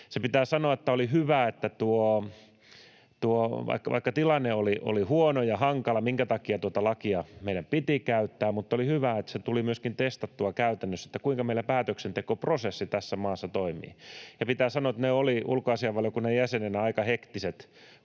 Se pitää sanoa, että oli hyvä, että vaikka tilanne oli huono ja hankala, minkä takia tuota lakia meidän piti käyttää, niin se tuli myöskin testattua käytännössä, kuinka meillä päätöksentekoprosessi tässä maassa toimii. Ja pitää sanoa, että ne olivat ulkoasiainvaliokunnan jäsenille aika hektiset